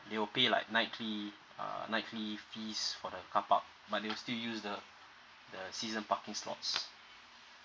they will pay like nightly uh nightly fees for the carpark but they will still use the the season parking slots